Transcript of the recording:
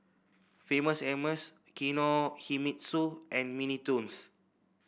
Famous Amos Kinohimitsu and Mini Toons